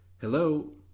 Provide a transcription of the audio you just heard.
Hello